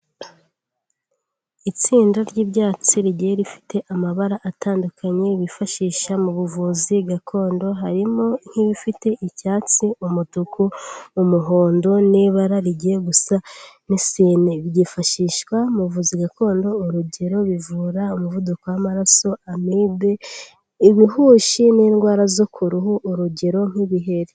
Itsinda ry'ibyatsi rigiye rifite amabara atandukanye bifashisha mu buvuzi gakondo, harimo nk'ibifite icyatsi, umutuku, umuhondo n'ibara rigiye gusa n'isine, byifashishwa mu buvuzi gakondo, urugero bivura umuvuduko w'amaraso, amibe, ibihushi n'indwara zo ku ruhu urugero nk'ibiheri.